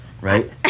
right